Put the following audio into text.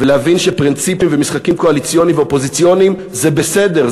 ולהבין שפרינציפים ומשחקים קואליציוניים ואופוזיציוניים זה בסדר,